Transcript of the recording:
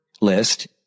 list